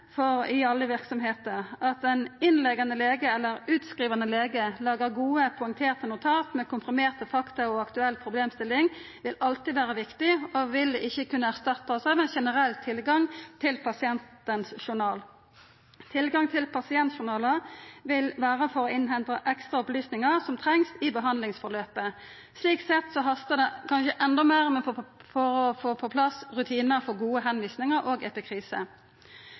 journalsystem i alle verksemder. At den innleggjande lege eller utskrivande lege lagar gode, poengterte notat med komprimerte fakta og aktuell problemstilling, vil alltid vera viktig og vil ikkje kunna erstattast av ein generell tilgang til pasientens journal. Tilgang til pasientjournalar vil vera for å innhenta ekstra opplysningar som trengst i behandlingsforløpet. Slik sett hastar det kanskje endå meir med å få på plass rutinar for gode tilvisingar og